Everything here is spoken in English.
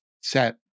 set